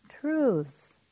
truths